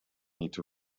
into